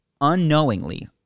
unknowingly